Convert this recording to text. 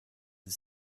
the